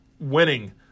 winning